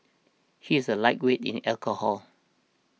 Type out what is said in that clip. he is a lightweight in alcohol